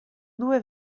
due